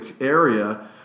area